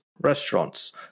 restaurants